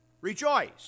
Rejoice